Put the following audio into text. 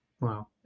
wow